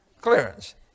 Clearance